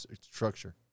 structure